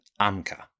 Amka